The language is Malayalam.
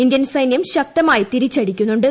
ഇന്ത്യൻ സൈന്യം ശക്തമായി തീരിച്ചടിക്കുന്നുണ്ട്